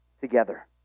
together